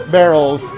barrels